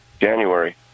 January